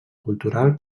cultural